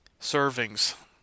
servings